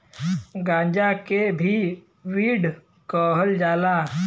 गांजा के भी वीड कहल जाला